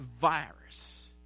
virus